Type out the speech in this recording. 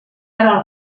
ara